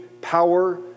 power